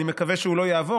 אני מקווה שהוא לא יעבור,